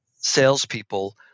salespeople